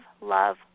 love